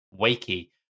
Wakey